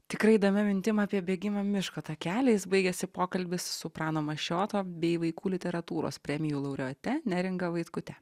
tikrai įdomia mintim apie bėgimą miško takeliais baigėsi pokalbis su prano mašioto bei vaikų literatūros premijų laureate neringa vaitkute